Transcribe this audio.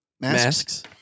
Masks